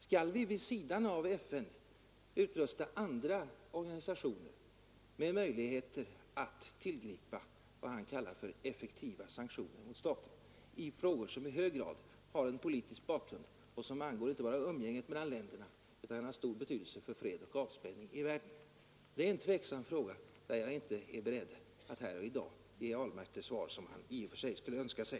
Skall vi vid sidan av FN utrusta andra organisationer med möjligheter att tillgripa vad han kallar för effektiva sanktioner mot stater i frågor som i hög grad har en politisk bakgrund och som angår inte bara umgänget mellan länderna utan har stor betydelse för fred och avspänning i världen? Det är en tveksam fråga, där jag inte är beredd att här och i dag ge herr Ahlmark det svar som han i och för sig skulle önska sig.